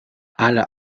alle